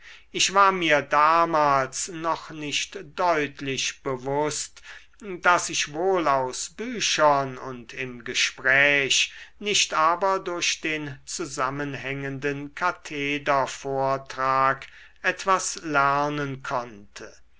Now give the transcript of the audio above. ich war mir damals noch nicht deutlich bewußt daß ich wohl aus büchern und im gespräch nicht aber durch den zusammenhängenden kathedervortrag etwas lernen konnte